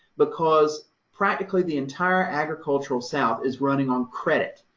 because practically the entire agricultural south is running on credit.